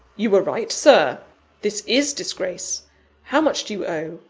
you were right, sir this is disgrace how much do you owe?